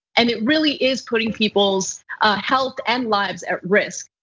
and it really is putting people's health and lives at risk.